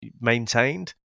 maintained